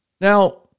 Now